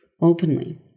openly